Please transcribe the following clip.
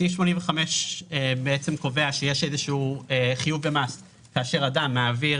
סעיף 85 קובע שיש איזשהו חיוב במס כאשר אדם מעביר